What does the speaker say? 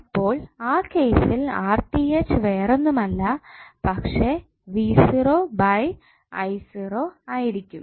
അപ്പോൾ ആ കേസിൽ വേറൊന്നുമല്ല പക്ഷെ ആയിരിക്കും